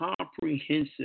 comprehensive